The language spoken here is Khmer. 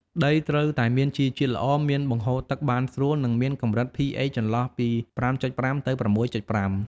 ដីត្រូវតែមានជីជាតិល្អ មានបង្ហូរទឹកបានស្រួល និងមានកម្រិត pH ចន្លោះពី 5.5 ទៅ 6.5។